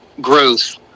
growth